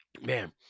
Man